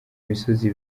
imisozi